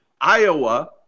Iowa